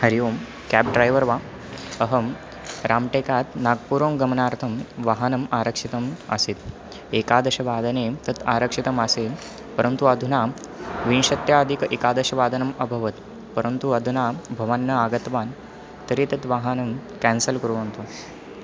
हरिः ओम् cab driver वा अहं राम्टेकात् नाग्पुरगमनार्थं वाहनम् आरक्षितम् आसीत् एकादशवादने तत् आरक्षितमासीत् परन्तु अधुना विंशत्यधिकम् एकादशवादनम् अभवत् परन्तु अधुना भवान् न आगतवान् तर्हि तत् वाहनं क्यान्सल् कुर्वन्तु